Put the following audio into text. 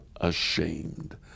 ashamed